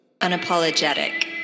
Unapologetic